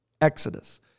exodus